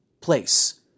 place